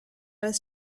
was